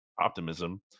optimism